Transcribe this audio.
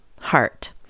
Heart